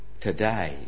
today